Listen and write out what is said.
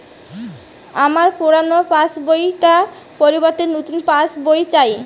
আমার পুরানো পাশ বই টার পরিবর্তে নতুন পাশ বই চাই